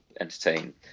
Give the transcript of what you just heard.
entertain